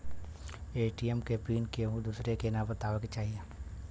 ATM के PIN केहू दुसरे के न बताए के चाही